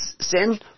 sin